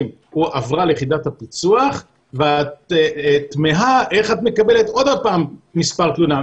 הועברה ליחידת הפיצוח ואת תמהה איך את מקבלת עוד פעם מספר תלונה,